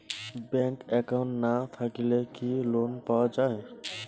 Bank account না থাকিলে কি লোন পাওয়া য়ায়?